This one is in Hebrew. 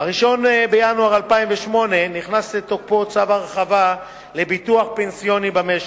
ב-1 בינואר 2008 נכנס לתוקפו צו הרחבה לביטוח פנסיוני במשק,